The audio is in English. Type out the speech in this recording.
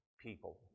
people